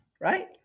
right